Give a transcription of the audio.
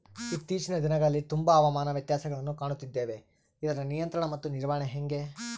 ಇತ್ತೇಚಿನ ದಿನಗಳಲ್ಲಿ ತುಂಬಾ ಹವಾಮಾನ ವ್ಯತ್ಯಾಸಗಳನ್ನು ಕಾಣುತ್ತಿದ್ದೇವೆ ಇದರ ನಿಯಂತ್ರಣ ಮತ್ತು ನಿರ್ವಹಣೆ ಹೆಂಗೆ?